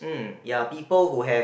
ya people who have